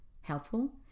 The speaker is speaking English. helpful